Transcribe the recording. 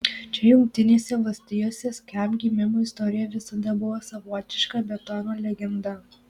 čia jungtinėse valstijose skamp gimimo istorija visada buvo savotiška betono legenda